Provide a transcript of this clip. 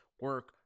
Work